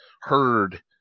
heard –